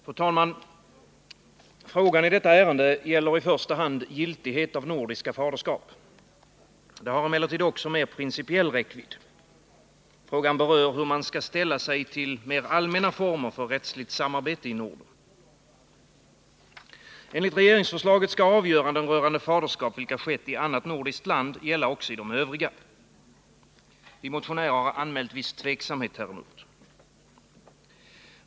Fru talman! Frågan i detta ärende gäller i första hand giltighet av nordiska faderskap. Den har emellertid också mer principiell räckvidd. Frågan berör hur man skall ställa sig till mer allmänna former för rättsligt samarbete i Norden. Enligt regeringsförslaget skall avgöranden rörande faderskap, vilka skett i ett nordiskt land, gälla också i de övriga. Vi motionärer har anmält viss tveksamhet häremot.